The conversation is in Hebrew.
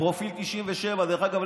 פרופיל 97. דרך אגב,